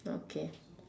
okay